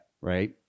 Right